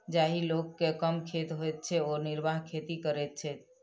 जाहि लोक के कम खेत होइत छै ओ निर्वाह खेती करैत छै